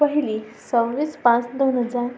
पहिली सव्वीस पाच दोन हजार